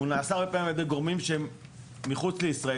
הרבה פעמים הוא נעשה על ידי גורמים שמחוץ לישראל,